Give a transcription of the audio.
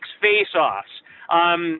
face-offs